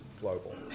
global